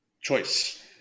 Choice